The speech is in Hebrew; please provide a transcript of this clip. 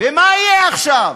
ומה יהיה עכשיו?